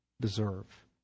deserve